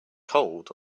cold